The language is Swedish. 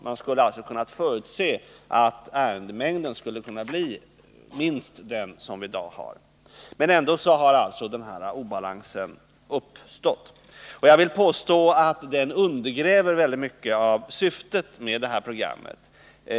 Man skulle alltså ha kunnat förutse att ärendemängden kunde bli minst den som vi har i dag. Men ändå har alltså denna obalans uppstått. Jag vill påstå att denna obalans undergräver väldigt mycket av syftet med programmet.